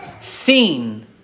seen